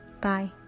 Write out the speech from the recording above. Bye